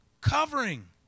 Covering